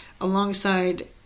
alongside